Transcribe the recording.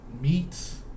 meats